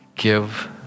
Give